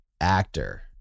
actor